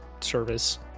Service